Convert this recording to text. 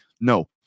no